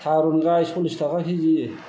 थारुन गाय सल्लिस थाखा केजि